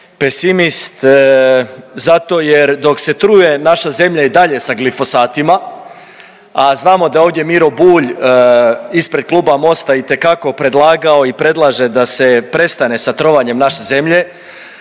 pesimist, zato jer, dok se truje naša zemlja i dalje sa glifosatima, a znamo da ovdje Miro Bulj ispred Kluba Mosta itekako predlagao i predlaže da se prestane sa trovanjem naše zemlje,